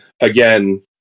again